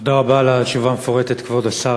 תודה רבה על התשובה המפורטת, כבוד השר.